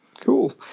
Cool